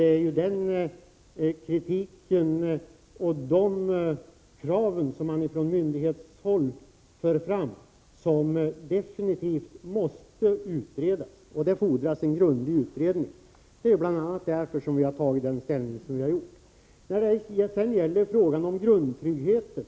Det är den kritiken och de kraven som försvann från myndighetshåll som definitivt måste utredas — och det fordras en grundlig utredning. Det är bl.a. därför som vi har tagit den ställning vi har gjort. Låt mig sedan säga några ord om grundtryggheten.